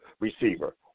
receiver